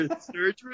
surgery